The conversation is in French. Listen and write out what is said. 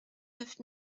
neuf